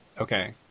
Okay